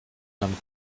nam